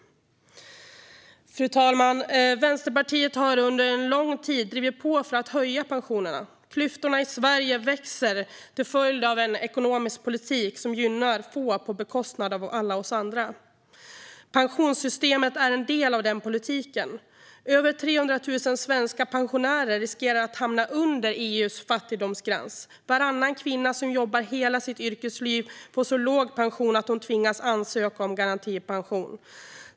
Fru talman! Vänsterpartiet har under lång tid drivit på för att höja pensionerna. Klyftorna i Sverige växer till följd av en ekonomisk politik som gynnar få på bekostnad av alla oss andra. Pensionssystemet är en del av den politiken. Över 300 000 svenska pensionärer riskerar att hamna under EU:s fattigdomsgräns. Varannan kvinna som jobbar hela sitt yrkesliv får så låg pension att hon tvingas ansöka om garantipension.